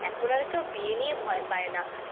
এখন আর কেউ বিয়ে নিয়ে ভয় পায় না